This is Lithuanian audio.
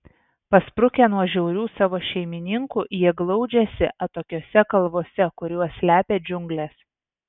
pasprukę nuo žiaurių savo šeimininkų jie glaudžiasi atokiose kalvose kur juos slepia džiunglės